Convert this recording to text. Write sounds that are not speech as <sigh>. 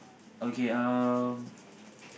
okay um <breath>